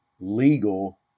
legal